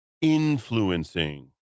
influencing